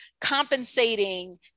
compensating